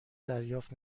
دریافت